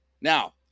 Now